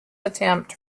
attempt